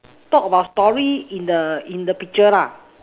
talk about story in the in the picture lah